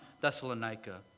Thessalonica